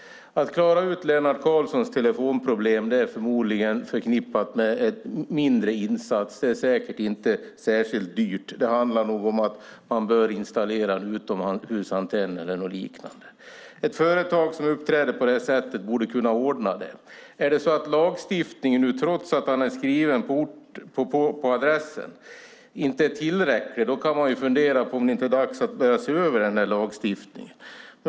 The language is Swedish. Att klara ut Lennart Karlssons telefonproblem är förmodligen förknippat med en mindre insats. Det är säkert inte särskilt dyrt. Det handlar nog om att installera en utomhusantenn eller liknande. Ett företag som uppträder på det sättet borde kunna ordna det. Är lagstiftningen inte, trots att Lennart Karlsson är skriven på den adressen, tillräcklig kan man fundera på om det inte är dags att se över lagstiftningen.